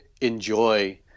enjoy